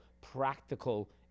practical